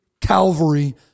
Calvary